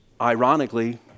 ironically